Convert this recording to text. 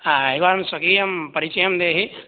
एवं स्वकीयं परिचयं देहि